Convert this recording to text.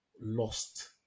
lost